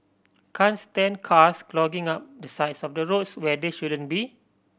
can't stand cars clogging up the sides of the roads where they shouldn't be